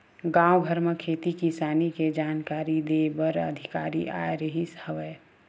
गाँव घर म खेती किसानी के जानकारी दे बर अधिकारी आए रिहिस हवय